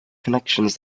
connections